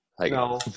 No